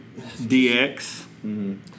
DX